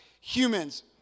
humans